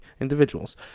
individuals